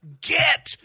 get